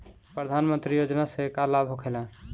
प्रधानमंत्री योजना से का लाभ होखेला?